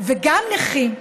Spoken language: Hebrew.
וגם נכים,